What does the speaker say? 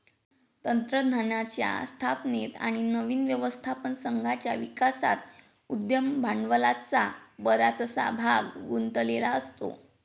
तंत्रज्ञानाच्या स्थापनेत आणि नवीन व्यवस्थापन संघाच्या विकासात उद्यम भांडवलाचा बराचसा भाग गुंतलेला असतो